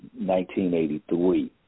1983